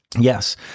Yes